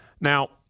Now